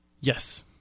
Yes